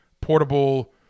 portable